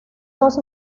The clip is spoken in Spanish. dos